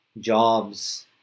jobs